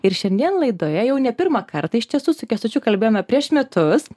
ir šiandien laidoje jau ne pirmą kartą iš tiesų su kęstučiu kalbėjome prieš metus